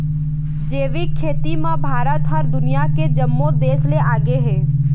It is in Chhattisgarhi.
जैविक खेती म भारत ह दुनिया के जम्मो देस ले आगे हे